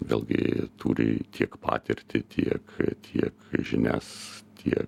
vėlgi turi tiek patirtį tiek tiek žinias tiek